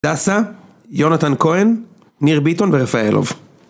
דסה, יונתן כהן, ניר ביטון ורפאלוב